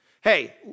Hey